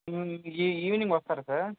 ఈ ఈ ఈవెనింగ్ వస్తారా సార్